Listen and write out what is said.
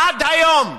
עד היום,